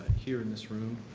here in this room.